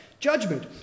Judgment